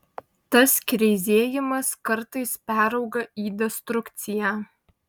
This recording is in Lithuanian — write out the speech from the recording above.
tas kreizėjimas kartais perauga į destrukciją